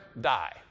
die